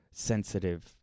sensitive